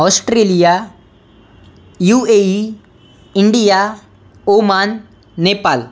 Australia U A E India Oman Nepal